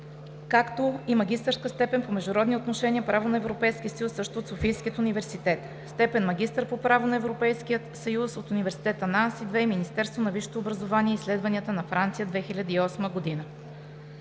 както и магистърска степен по международни отношения – „Право на Европейския съюз“, също от Софийския университет; степен „магистър по право на Европейския съюз“ от Университета Нанси II и Министерството на висшето образование и изследванията на Франция – 2008 г.